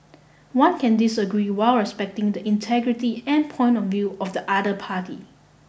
one can disagree while respecting the integrity and point of view of the other party